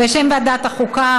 בשם ועדת החוקה,